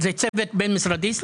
זה צוות בין משרדי?